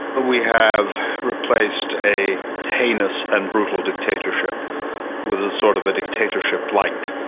we have replaced a heinous and brutal dictatorship with ah sort of a dictatorship lite,